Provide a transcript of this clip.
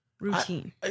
routine